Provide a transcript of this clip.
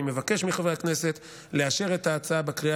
אני מבקש מחברי הכנסת לאשר את ההצעה בקריאה